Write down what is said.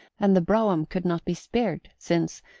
and the brougham could not be spared, since,